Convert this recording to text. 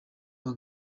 bari